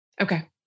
Okay